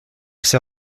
s’est